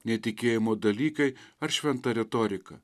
netikėjimo dalykai ar šventa retorika